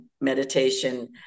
meditation